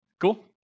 Cool